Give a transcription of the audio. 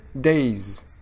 days